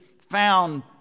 found